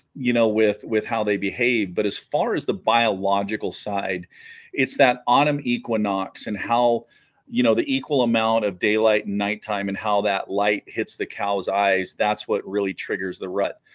you know with with how they behave but as far as the biological side it's that autumn equinox and how you know the equal amount of daylight and night time and how that light hits the cows eyes that's what really triggers the rut